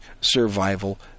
survival